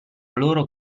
loro